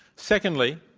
secondly,